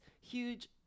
huge